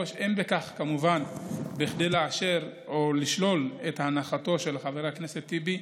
אין בכך כמובן כדי לאשר או לשלול את הנחתו של חבר הכנסת טיבי,